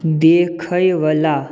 देखैवला